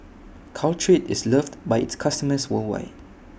Caltrate IS loved By its customers worldwide